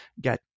get